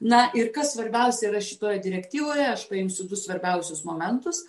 na ir kas svarbiausia yra šitoje direktyvoje aš paimsiu du svarbiausius momentus